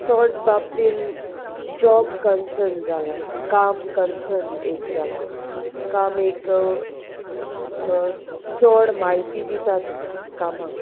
चोड बाबतींत job concern जालां काम कन्सर्न एक जालां काम एक चोड म्हायती दिता ती कामाक